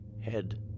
Head